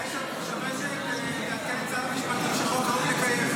אולי שווה שתעדכן את שר המשפטים שחוק ראוי לקיים.